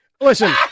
Listen